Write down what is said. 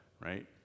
right